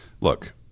look